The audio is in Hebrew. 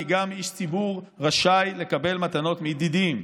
כי גם איש ציבור רשאי לקבל מתנות מידידים,